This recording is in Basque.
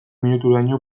minuturaino